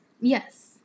Yes